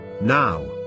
Now